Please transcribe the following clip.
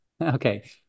okay